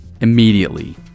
immediately